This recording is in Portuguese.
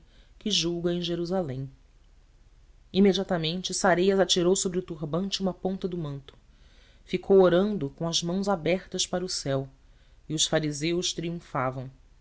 que julga em jerusalém imediatamente sareias atirou sobre o turbante uma ponta do manto ficou orando com as mãos abertas para o céu e os fariseus triunfavam